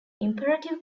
imperative